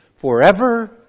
forever